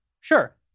Sure